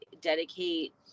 dedicate